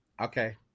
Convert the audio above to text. okay